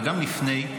וגם לפני,